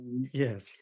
Yes